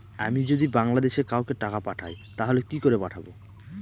আমি যদি বাংলাদেশে কাউকে টাকা পাঠাই তাহলে কি করে পাঠাবো?